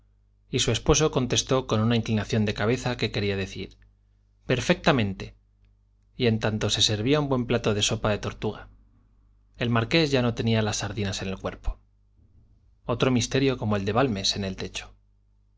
y su esposo contestó con una inclinación de cabeza que quería decir perfectamente y en tanto se servía un buen plato de sopa de tortuga el marqués ya no tenía las sardinas en el cuerpo otro misterio como el de balmes en el techo